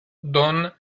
don